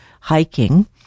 hiking